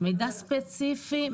מידע ספציפי.